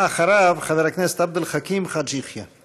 אחריו, חבר הכנסת עבד אל חכים חאג' יחיא.